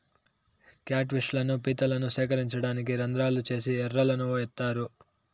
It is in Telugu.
క్యాట్ ఫిష్ లను, పీతలను సేకరించడానికి రంద్రాలు చేసి ఎరలను ఏత్తారు